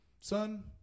son